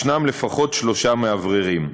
יש לפחות שלושה מאווררים,